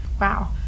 Wow